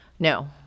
No